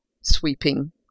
sweeping